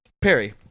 Perry